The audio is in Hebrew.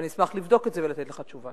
אבל אני אשמח לבדוק את זה ולתת לך תשובה.